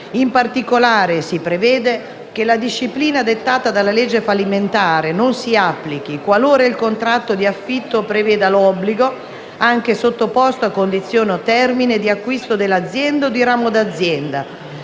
In particolare, si prevede che la disciplina dettata dalla legge fallimentare non si applichi qualora il contratto di affitto preveda l'obbligo, anche sottoposto a condizione o termine, di acquisto dell'azienda o di ramo d'azienda